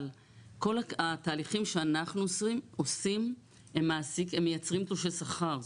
אבל כל התהליכים שאנחנו עושים מייצרים תלושי שכר.